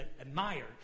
admired